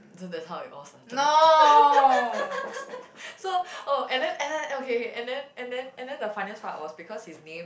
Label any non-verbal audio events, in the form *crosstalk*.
that's how it all started *laughs* so oh and then and and and okay okay okay and then and then and then the funniest part was because his name